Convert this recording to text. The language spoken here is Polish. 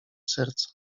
serca